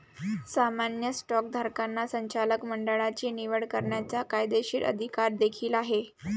सामान्य स्टॉकधारकांना संचालक मंडळाची निवड करण्याचा कायदेशीर अधिकार देखील आहे